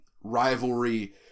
rivalry